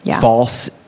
false